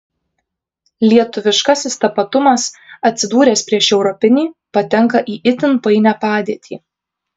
lietuviškasis tapatumas atsidūręs prieš europinį patenka į itin painią padėtį